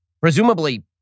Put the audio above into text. presumably